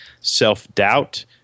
self-doubt